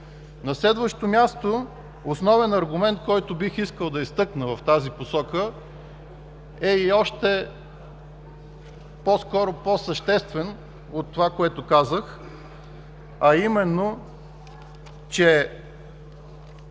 На следващо място, основен аргумент, който бих искал да изтъкна в тази посока, той по-скоро е по-съществен от това, което казах, а именно, че